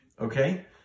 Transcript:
okay